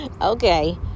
Okay